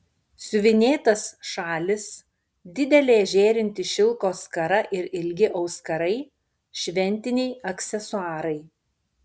siuvinėtas šalis didelė žėrinti šilko skara ir ilgi auskarai šventiniai aksesuarai